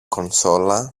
κονσόλα